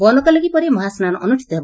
ବନକଲାଗି ପରେ ମହାସ୍ନାନ ଅନୁଷିତ ହେବ